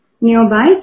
nearby